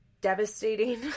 devastating